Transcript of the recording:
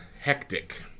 hectic